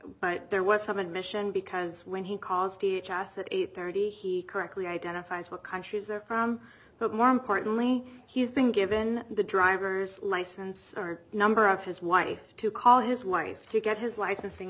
but there was some admission because when he calls teach us at eight thirty he correctly identifies what countries are but more importantly he has been given the driver's license number of his wife to call his wife to get his licensing